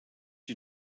you